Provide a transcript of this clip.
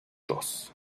dos